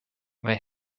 they